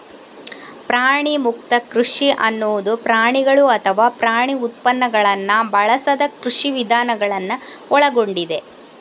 ಪ್ರಾಣಿಮುಕ್ತ ಕೃಷಿ ಅನ್ನುದು ಪ್ರಾಣಿಗಳು ಅಥವಾ ಪ್ರಾಣಿ ಉತ್ಪನ್ನಗಳನ್ನ ಬಳಸದ ಕೃಷಿ ವಿಧಾನಗಳನ್ನ ಒಳಗೊಂಡಿದೆ